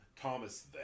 Thomas